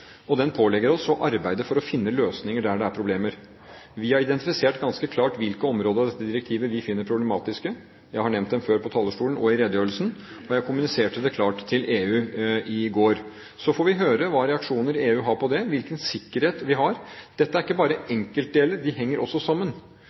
Den pålegger oss å arbeide for å finne løsninger der det er problemer. Vi har identifisert ganske klart hvilke områder i dette direktivet vi finner problematiske – jeg har nevnt dem før på talerstolen og i redegjørelsen – og jeg kommuniserte det klart til EU i går. Så får vi høre hvilke reaksjoner EU har på det, og hvilken sikkerhet vi har. Dette er ikke bare